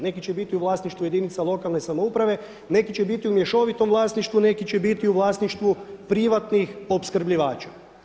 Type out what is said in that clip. Neki će bit u vlasništvu jedinica lokalne samouprave, neki će biti u mješovitom vlasništvu, neki će biti u vlasništvu privatnih opskrbljivača.